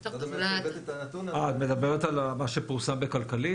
את מדברת על מה שפורסם בכלכליסט?